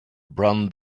brown